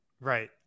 Right